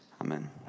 Amen